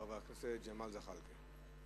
חבר הכנסת ג'מאל זחאלקה.